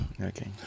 Okay